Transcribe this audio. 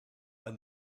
and